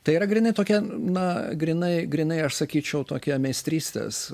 tai yra grynai tokia na grynai grynai aš sakyčiau tokia meistrystės